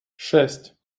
шесть